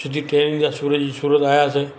सिधी ट्रेन हुई सुरत जी त सूरत आहियासीं